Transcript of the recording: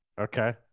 Okay